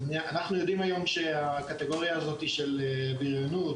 יודעים היום שהקטגוריה הזאת של בריונות,